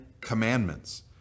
commandments